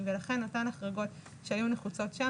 ולכן אותן החרגות שהיו נחוצות שם,